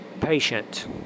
patient